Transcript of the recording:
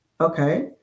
Okay